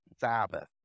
Sabbath